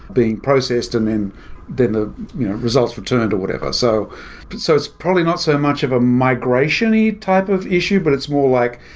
being processed and then the results would turn to whatever so but so it's probably not so much of a migration type of issue, but it's more like,